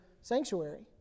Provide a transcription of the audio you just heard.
sanctuary